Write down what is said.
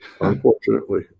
unfortunately